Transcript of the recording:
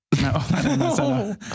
No